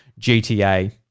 GTA